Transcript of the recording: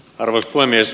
arvoisa puhemies